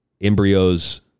Embryos